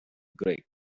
greg